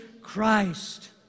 Christ